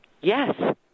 Yes